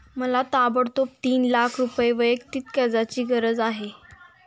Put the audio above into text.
मला ताबडतोब तीन लाख रुपये वैयक्तिक कर्जाची गरज आहे